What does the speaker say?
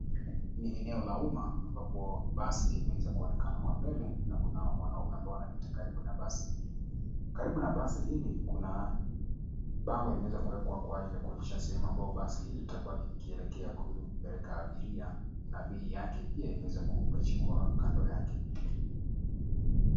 Ni eneo la umma ambapo basi limeweza kuonekana kwa mbele na kuna wanaume ambao wanapita karibu na basi hili. Karibu na basi hili, kuna bango limeweza kuwekwa kwa ajili ya kuonyesha sehemu ambao basi hili litakuwa likielekea kupeleka abiria na bei yake pia imeweza kupachikwa kando yake.